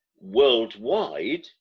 worldwide